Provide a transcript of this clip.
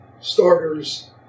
starters